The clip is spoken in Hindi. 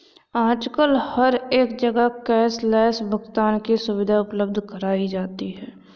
आजकल हर एक जगह कैश लैस भुगतान की सुविधा उपलब्ध कराई जाती है